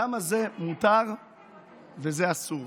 למה זה מותר וזה אסור?